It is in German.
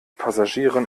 passagieren